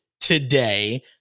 today